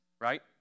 right